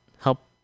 help